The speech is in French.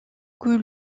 que